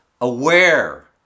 aware